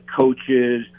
coaches